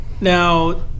Now